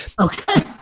Okay